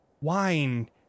wine